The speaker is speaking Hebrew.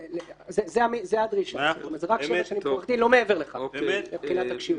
לא מעבר לכך מבחינת הכשירות